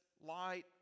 light